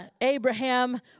Abraham